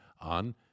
on